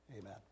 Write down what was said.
Amen